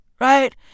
Right